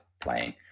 playing